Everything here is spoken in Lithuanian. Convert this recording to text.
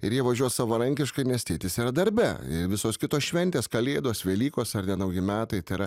ir jie važiuos savarankiškai nes tėtis yra darbe visos kitos šventės kalėdos velykos ar ten nauji metai tai yra